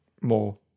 more